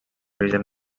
region